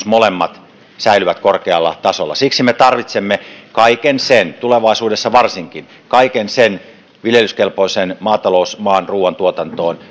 molemmat säilyvät korkealla tasolla siksi me tarvitsemme tulevaisuudessa varsinkin kaiken sen viljelyskelpoisen maatalousmaan ruuantuotantoon